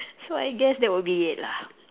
so I guess that will be it lah